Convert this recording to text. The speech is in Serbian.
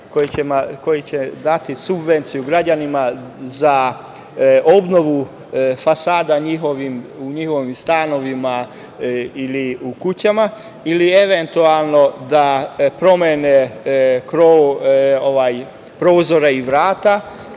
koja će dati građanima subvencije za obnovu fasada u njihovim stanovima ili u kućama ili eventualno da promene prozore i vrata